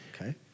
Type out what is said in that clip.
okay